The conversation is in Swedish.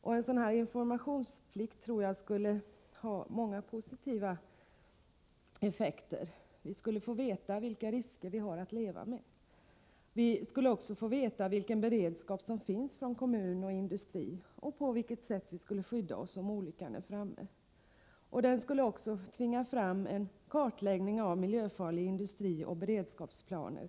Jag tror att en informationsplikt skulle medföra många positiva effekter. Vi skulle få veta vilka risker vi har att leva med. Vi skulle också få veta vilken beredskap som finns inom kommunen och inom industrin liksom på vilket sätt vi skall skydda oss om olyckan är framme. En informationsplikt skulle också tvinga fram en kartläggning av miljöfarlig industri och beredskapsplaner.